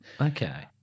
okay